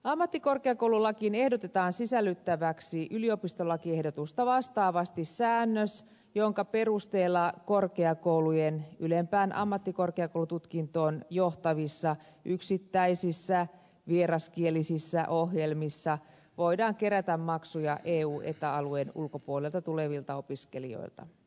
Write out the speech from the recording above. ammattikorkeakoululakiin ehdotetaan sisällytettäväksi yliopistolakiehdotusta vastaavasti säännös jonka perusteella korkeakoulujen ylempään ammattikorkeakoulututkintoon johtavissa yksittäisissä vieraskielisissä ohjelmissa voidaan kerätä maksuja eueta alueen ulkopuolelta tulevilta opiskelijoilta